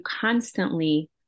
constantly